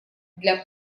для